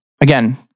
Again